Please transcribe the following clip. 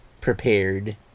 prepared